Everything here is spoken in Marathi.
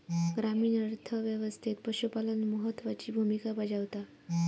ग्रामीण अर्थ व्यवस्थेत पशुपालन महत्त्वाची भूमिका बजावता